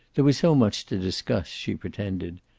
there was so much to discuss, she pretended.